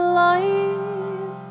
life